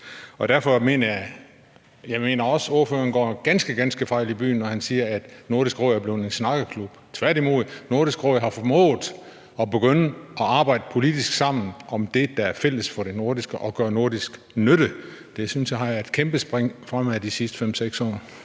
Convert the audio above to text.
Jeg mener også, at ordføreren går ganske galt i byen, når han siger, at Nordisk Råd er blevet en snakkeklub, tværtimod har Nordisk Råd formået at begynde at arbejde politisk sammen om det, der er fælles for det nordiske og gør nordisk nytte. Det synes jeg har taget et kæmpe spring fremad de sidste 5-6 år.